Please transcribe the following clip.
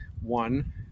one